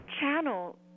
channel